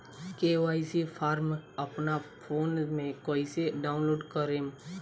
KYC form अपना phone मे कइसे डाऊनलोड करेम?